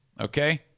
Okay